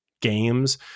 games